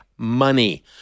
money